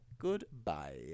Goodbye